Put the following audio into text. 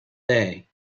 day